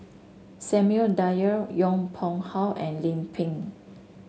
Samuel Dyer Yong Pung How and Lim Pin